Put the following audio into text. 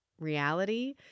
reality